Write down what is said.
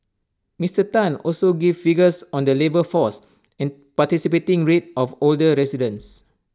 Mister Tan also gave figures on the labour force participation rate of older residents